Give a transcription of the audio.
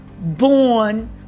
born